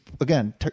again